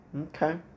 Okay